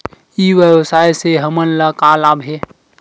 ई व्यवसाय से हमन ला का लाभ हे?